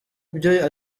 byo